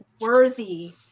worthy